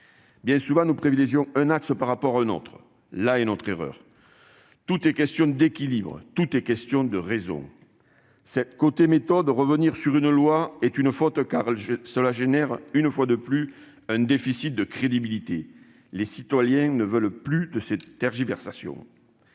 Bien souvent, nous privilégions un axe par rapport à un autre. Là est notre erreur, car tout est question d'équilibre, tout est question de raison. S'agissant de la méthode, revenir sur une loi est une faute, car cela entraîne, une fois de plus, un déficit de crédibilité : les citoyens ne veulent plus de ces tergiversations.